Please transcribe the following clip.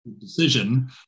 decision